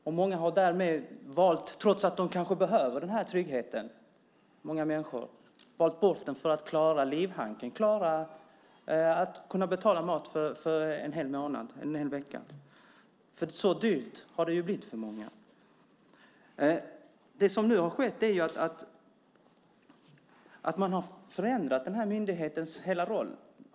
Många människor har därmed, trots att de kanske hade behöver den här tryggheten, valt bort den för att klara livhanken, klara av att kunna betala mat för en hel månad. Så dyrt har det ju blivit för många. Det som nu har skett är ju att man har förändrat den här myndighetens hela roll.